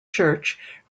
church